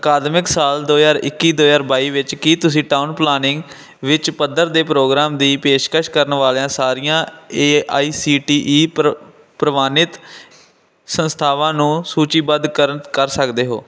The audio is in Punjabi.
ਅਕਾਦਮਿਕ ਸਾਲ ਦੋ ਹਜ਼ਾਰ ਇੱਕੀ ਦੋ ਹਜ਼ਾਰ ਬਾਈ ਵਿੱਚ ਕੀ ਤੁਸੀਂ ਟਾਊਨ ਪਲਾਨਿੰਗ ਵਿੱਚ ਪੱਧਰ ਦੇ ਪ੍ਰੋਗਰਾਮਾਂ ਦੀ ਪੇਸ਼ਕਸ਼ ਕਰਨ ਵਾਲੀਆਂ ਸਾਰੀਆਂ A I C T E ਪ੍ਰ ਪ੍ਰਵਾਨਿਤ ਸੰਸਥਾਵਾਂ ਨੂੰ ਸੂਚੀਬੱਧ ਕਰ ਕਰ ਸਕਦੇ ਹੋ